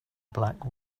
black